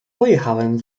pojechałem